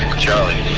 charlie